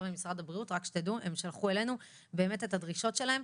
הם שלחו אלינו את הדרישות שלהם.